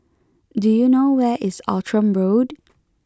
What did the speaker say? do you know where is Outram Road